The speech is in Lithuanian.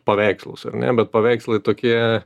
paveikslus ar ne bet paveikslai tokie